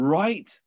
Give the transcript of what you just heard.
right